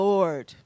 Lord